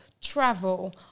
travel